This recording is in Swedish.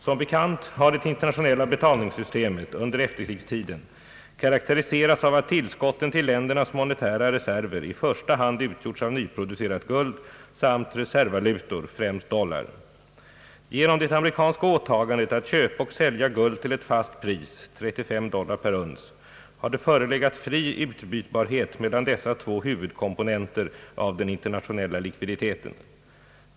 Som bekant har det internationella betalningssystemet under efterkrigstiden karakteriserats av att tillskotten till ländernas monetära reserver i första hand utgjorts av nyproducerat guld samt reservvalutor, främst dollar. Genom det amerikanska åtagandet att köpa och sälja guld till ett fast pris — 35 dollar per uns — har det förelegat fri utbytbarhet mellan dessa två huvudkomponenter av den internationella likviditeten.